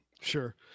Sure